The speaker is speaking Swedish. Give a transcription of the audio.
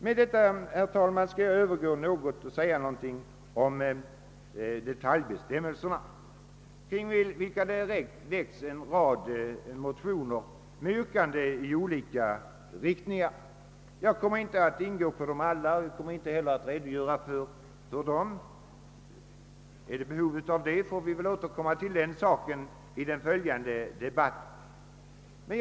Jag skall härefter, herr talman, övergå till att något beröra detaljbestämmelserna, om vilka det väckts en rad motioner med yrkanden i olika riktningar. Jag kommer inte att gå in på dem alla och kommer inte heller att redogöra för dem. Om det uppstår behov härav, får vi återkomma i den följande debatten med en sådan redovisning.